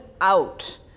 Out